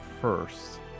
first